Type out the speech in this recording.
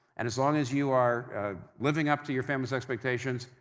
and as long as you are living up to your family's expectations,